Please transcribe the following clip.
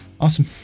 Awesome